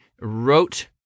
wrote